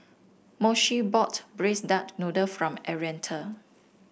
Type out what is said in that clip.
Moshe bought Braised Duck Noodle from Arietta